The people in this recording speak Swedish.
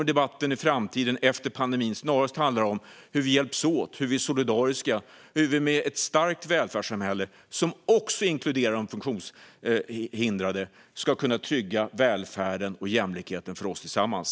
Debatten i framtiden, efter pandemin, kommer snarare att handla om hur vi hjälps åt, hur vi är solidariska och hur vi med ett starkt välfärdssamhälle som inkluderar de funktionshindrade ska kunna trygga välfärden och jämlikheten för oss tillsammans.